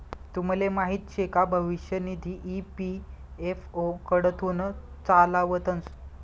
तुमले माहीत शे का भविष्य निधी ई.पी.एफ.ओ कडथून चालावतंस